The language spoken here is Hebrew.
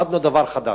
למדנו דבר חדש: